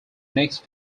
next